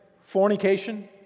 fornication